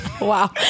Wow